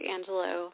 Angelo